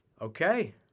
Okay